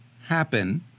happen